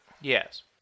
Yes